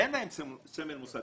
אז מה אם אין להם סמל מוסד?